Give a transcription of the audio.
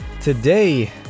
Today